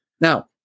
Now